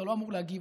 אתה לא אמור להגיב,